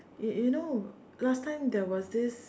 you you know last time there was this